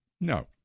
No